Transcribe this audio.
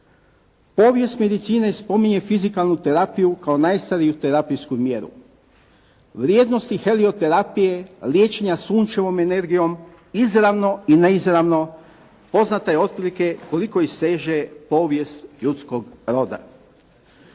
Povijest medicine spominje fizikalnu terapiju kao najstariju terapijsku mjeru. Vrijednosti helioterapije, liječenja sunčevom energijom izravno i neizravno poznato je otprilike koliko i seže povijest ljudskog roda.